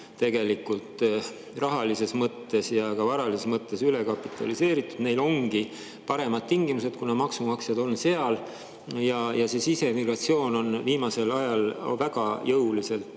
tegelikult rahalises mõttes ja ka varalises mõttes ülekapitaliseeritud. Neil ongi paremad tingimused, kuna maksumaksjad on seal. Sisemigratsioon on viimasel ajal väga jõuliselt